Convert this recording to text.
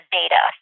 data